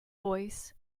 voice